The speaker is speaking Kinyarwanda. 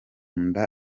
nda